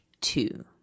two